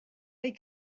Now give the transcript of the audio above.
they